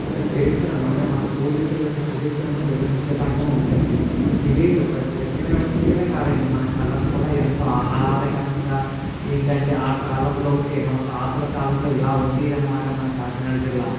ఒక చరిత్రను అంటే మన పూర్వీకుల యొక్క చరిత్రను వివరించే తగ్గ ఉంటాయండి ఇవి వారి చరిత్రను వివరించేవే కాదండి మన కళక్కూడా ఎంతో ఆహ్లాదకరంగా ఏంటంటే ఆ కాలంలోకి మన తాతల కాలంలో ఇలా ఉండేదనమాట మన కాకినాడ జిల్లా